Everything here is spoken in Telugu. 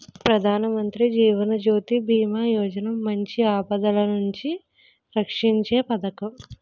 ప్రధానమంత్రి జీవన్ జ్యోతి బీమా యోజన మంచి ఆపదలనుండి రక్షీంచే పదకం